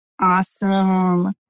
Awesome